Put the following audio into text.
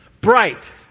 bright